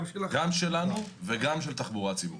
גם שלנו וגם של תחבורה ציבורית.